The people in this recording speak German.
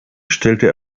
stellte